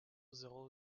zéro